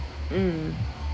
mm